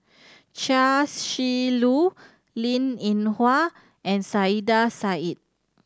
Chia Shi Lu Linn In Hua and Saiedah Said